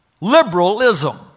liberalism